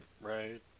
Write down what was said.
right